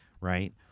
right